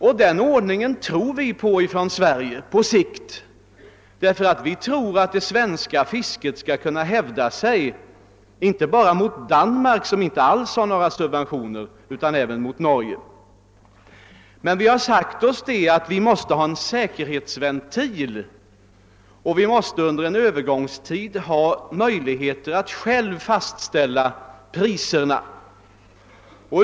På sikt tror vi på den ordningen här i Sverige, eftersom vi litar på att det svenska fisket skall kunna hävda sig inte bara mot det danska fisket, som inte alls får några subventioner, utan även mot det norska. Vi har emellertid sagt oss att det måste finnas en säkerhetsventil, vi måste under en övergångstid ha möjlighet att själva fastställa priserna.